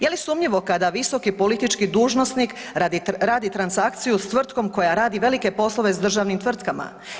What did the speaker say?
Je li sumnjivo kada visoki politički dužnosnik radi transakciju sa tvrtkom koja radi velike poslove sa državnim tvrtkama?